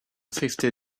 fifty